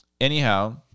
Anyhow